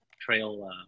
trail